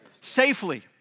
Safely